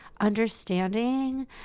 understanding